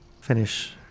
finish